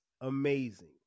amazing